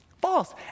False